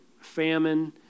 famine